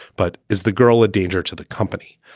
but is the girl a danger to the company?